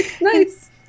Nice